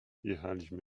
jechaliśmy